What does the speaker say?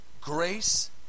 Grace